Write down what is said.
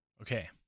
Okay